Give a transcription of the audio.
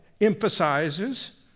emphasizes